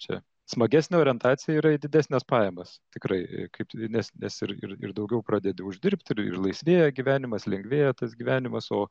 čia smagesnė orientacija yra į didesnes pajamas tikrai kaip nes nes ir ir daugiau pradedi uždirbt ir ir laisvėja gyvenimas lengvėja tas gyvenimas o